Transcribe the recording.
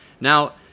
Now